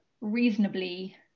reasonably